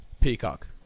Peacock